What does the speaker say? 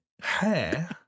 Hair